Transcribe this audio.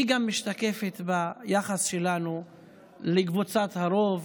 היא גם משתקפת גם ביחס שלנו לקבוצת הרוב,